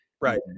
Right